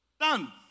Done